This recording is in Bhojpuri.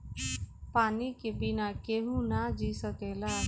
पानी के बिना केहू ना जी सकेला